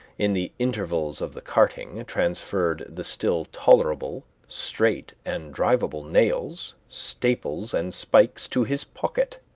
in the intervals of the carting, transferred the still tolerable, straight, and drivable nails, staples, and spikes to his pocket,